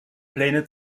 pläne